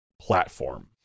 platform